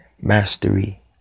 mastery